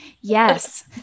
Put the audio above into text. Yes